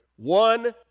One